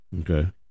Okay